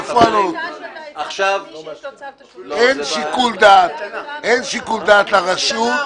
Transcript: אין שיקול דעת לרשות.